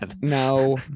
no